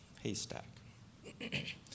haystack